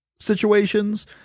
situations